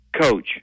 Coach